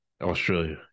Australia